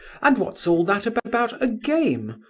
and what's all that about a game?